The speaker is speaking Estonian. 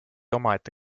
omaette